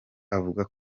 avuga